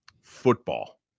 Football